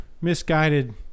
misguided